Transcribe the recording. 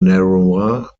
narrower